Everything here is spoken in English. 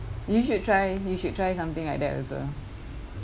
you should try you should try something like that also